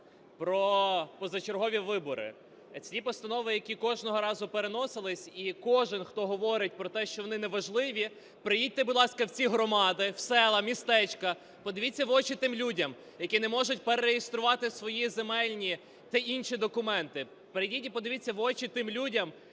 про позачергові вибори – ці постанови, які кожного разу переносилися, і кожен, хто говорить про те, що вони неважливі, приїдьте, будь ласка, в ці громади, в села, містечка, подивіться в очі тим людям, які не можуть перереєструвати свої земельні та інші документи, прийдіть і подивіться в очі тим людям,